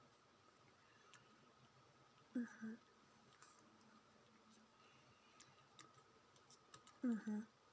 mmhmm mmhmm